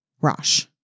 Rosh